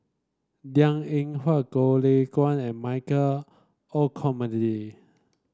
Liang Eng Hwa Goh Lay Kuan and Michael Olcomendy